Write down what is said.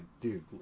Dude